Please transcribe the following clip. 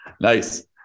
nice